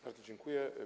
Bardzo dziękuję.